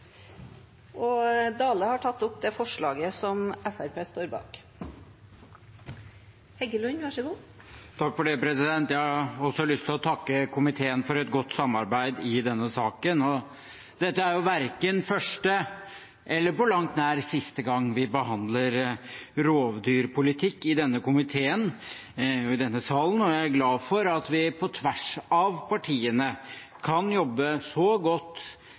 Dale har tatt opp det forslaget han refererte til. Jeg har også lyst til å takke komiteen for et godt samarbeid i denne saken. Dette er jo verken første eller på langt nær siste gang vi behandler rovdyrpolitikk i denne komiteen og i denne salen. Jeg er glad for at vi på tvers av partiene kan jobbe så godt